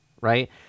right